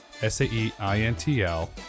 SAEintl